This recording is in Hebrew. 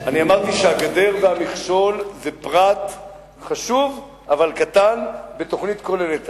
אני אמרתי שהגדר והמכשול זה פרט חשוב אבל קטן בתוכנית כוללת.